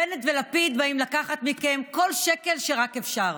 בנט ולפיד באים לקחת מכם כל שקל שרק אפשר,